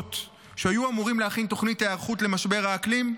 והרשויות שהיו אמורים להכין תוכנית היערכות למשבר האקלים,